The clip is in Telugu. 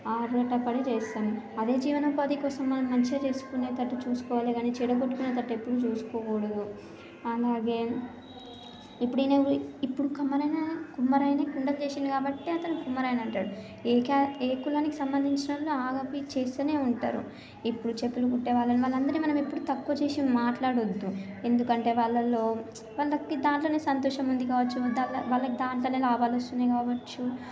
ఆరాటపడి చేస్తాము అదే జీవనోపాధి కోసం మనం మంచిగా చేసుకునేటట్టు చూసుకోలే కాని చెడగొట్టేటట్టు ఎప్పుడు చూసుకోకూడదు అలాగే ఇప్పుడు ఎప్పుడైనా ఇప్పుడు కమ్మరాయనా కుమ్మరాయన కుండ చేసిండు కాబట్టి అతను కుమ్మరాయన అంటారు ఏ కా ఏ కులానికి సంబంధించిన ఆ పని చేస్తూనే ఉంటరు ఇప్పుడు చెప్పులు కుట్టే వాళ్ళని వాళ్లందరిని మనం ఎప్పుడూ తక్కువ చేసి మాట్లాడొద్దు ఎందుకంటే వాళ్ళలో వాళ్ళకి దాంట్లోనే సంతోషం ఉంది కావచ్చు దాం వాళ్లకి దాంట్లోనే లాభాలు వస్తున్నాయి కావచ్చు